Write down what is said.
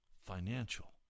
financial